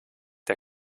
der